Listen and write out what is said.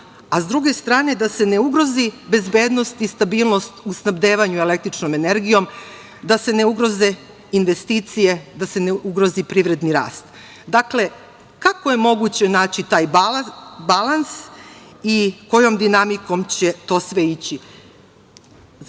a s druge strane da se ne ugrozi bezbednost i stabilnost u snabdevanju električnom energijom, da se ne ugroze investicije, da se ne ugrozi privredni rast? Dakle, kako je moguće naći taj balans i kojom dinamikom će to sve ići.